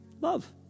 Love